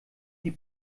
die